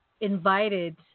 invited